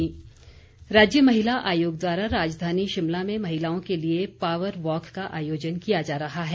marathon राज्य महिला आयोग द्वारा राजधानी शिमला में महिलाओं के लिए पावर वॉक का आयोजन किया जा रहा है